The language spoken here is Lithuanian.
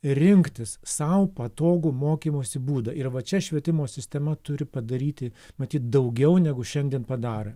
rinktis sau patogų mokymosi būdą ir va čia švietimo sistema turi padaryti matyt daugiau negu šiandien padarė